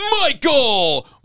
Michael